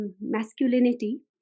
masculinity